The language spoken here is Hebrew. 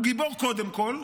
הוא גיבור קודם כול,